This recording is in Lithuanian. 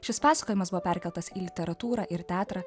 šis pasakojimas buvo perkeltas į literatūrą ir teatrą